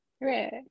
Right